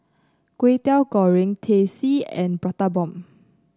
Kway Teow Goreng Teh C and Prata Bomb